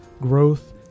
growth